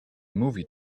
movie